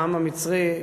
העם המצרי,